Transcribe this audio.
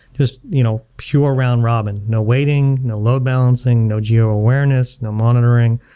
just you know pure round robin no waiting, no load-balancing, no geo-awareness, no monitoring.